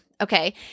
Okay